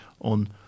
on